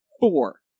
four